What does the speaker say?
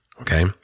Okay